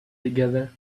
together